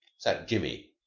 sat jimmy,